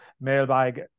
mailbag